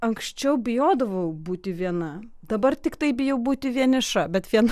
anksčiau bijodavau būti viena dabar tiktai bijau būti vieniša bet viena